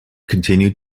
continued